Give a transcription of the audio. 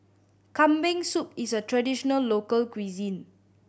Kambing Soup is a traditional local cuisine